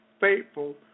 faithful